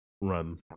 run